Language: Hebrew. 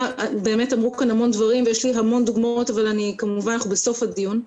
באמת אמרו כאן המון דברים ויש לי המון דוגמאות אבל אנחנו בסוף הדיון.